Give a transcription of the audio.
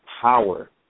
power